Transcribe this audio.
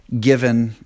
given